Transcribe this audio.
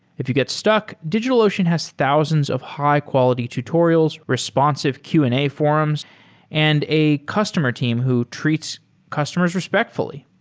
if you get stuck, digitalocean has thousands of high-quality tutorials, responsive q and a forums and a customer team who treats customers respectfully.